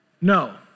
No